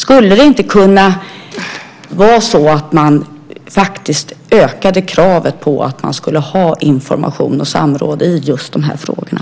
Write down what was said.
Skulle det inte kunna vara så att man ökade kravet på att man ska ha information och samråd i just de här frågorna?